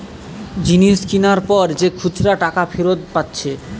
জিনিস কিনার পর যে খুচরা টাকা ফিরত পাচ্ছে